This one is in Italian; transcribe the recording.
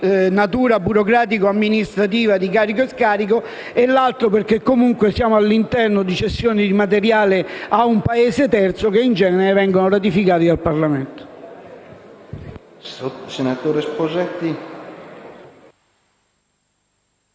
natura burocratico-amministrativa di carico e scarico e l'altro perché siamo all'interno di cessioni di materiale a un Paese terzo che in genere vengono ratificate dal Parlamento.